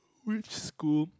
which school